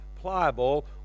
pliable